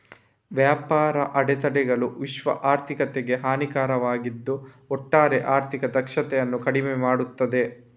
ವ್ಯಾಪಾರ ಅಡೆತಡೆಗಳು ವಿಶ್ವ ಆರ್ಥಿಕತೆಗೆ ಹಾನಿಕಾರಕವಾಗಿದ್ದು ಒಟ್ಟಾರೆ ಆರ್ಥಿಕ ದಕ್ಷತೆಯನ್ನ ಕಡಿಮೆ ಮಾಡ್ತದೆ